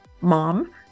mom